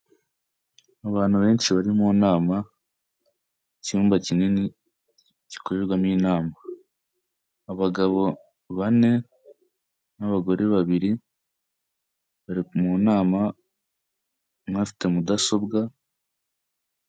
Abantu benshi bari mu nama, icyumba kinini gikorerwamo inama, abagabo bane n'abagore babiri bari mu nama, umwe afite mudasobwa.